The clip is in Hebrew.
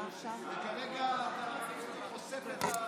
וכרגע אתה חושף את,